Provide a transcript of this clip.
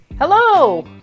Hello